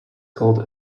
called